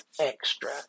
extra